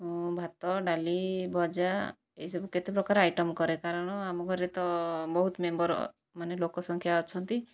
ଭାତ ଡାଲି ଭଜା ଏହିସବୁ କେତେପ୍ରକାର ଆଇଟମ୍ କରେ କାରଣ ଆମ ଘରେ ତ ବହୁତ ମେମ୍ବର ମାନେ ଲୋକସଂଖ୍ୟା ଅଛନ୍ତି